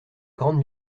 grande